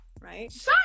right